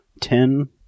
Ten